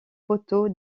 poteau